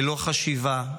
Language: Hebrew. ללא חשיבה,